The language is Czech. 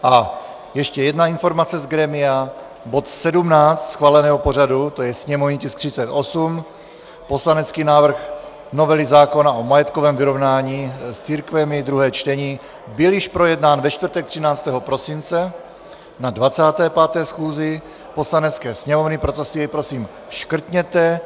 A ještě jedna informace z grémia: bod 17 schváleného pořadu, to je sněmovní tisk 38, poslanecký návrh novely zákona o majetkovém vyrovnání s církvemi, druhé čtení, byl již projednán ve čtvrtek 13. prosince na 25. schůzi Poslanecké sněmovny, proto si jej prosím škrtněte.